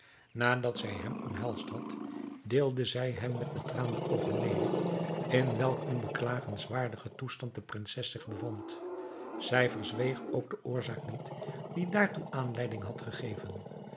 nadat zij hem omhelsd had deelde zij hem met betraande oogen mede in welk een beklagenswaardigen toestand de prinses zich bevond zij verzweeg ook de oorzaak niet die daartoe aanleiding had gegeven